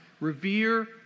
revere